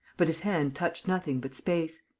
but his hand touched nothing but space.